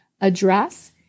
address